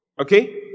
okay